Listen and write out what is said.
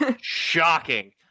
Shocking